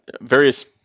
various